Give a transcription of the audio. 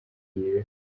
years